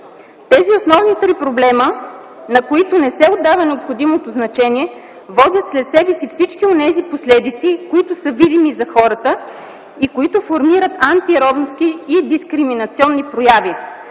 три основни проблема, на които не се отдава необходимото значение, водят след себе си всички онези последици, които са видими за хората и които формират антиромски и дискриминационни прояви.